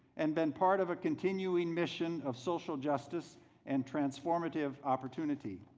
and been part of a continuing mission of social justice and transformative opportunity.